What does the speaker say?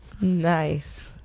Nice